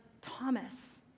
Thomas